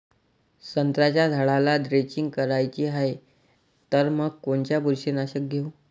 संत्र्याच्या झाडाला द्रेंचींग करायची हाये तर मग कोनच बुरशीनाशक घेऊ?